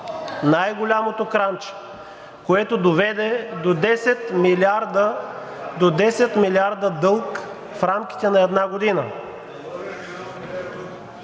най-голямото кранче, което доведе до 10 милиарда дълг в рамките на една година.